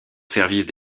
service